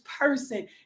person